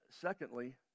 Secondly